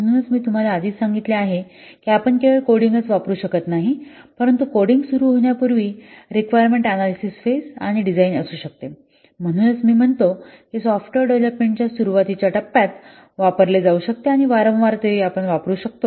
म्हणूनच मी तुम्हाला आधीच सांगितले आहे की आपण केवळ कोडिंगच वापरु शकत नाही परंतु कोडिंग सुरू होण्यापूर्वी रिक्वायरमेंट अनॅलिसिस फेज आणि डिझाईन असू शकते म्हणूनच मी म्हणतो की सॉफ्टवेअर डेव्हलपमेंटच्या सुरुवातीच्या टप्प्यात वापरले जाऊ शकते आणि वारंवार वापरले जाऊ शकते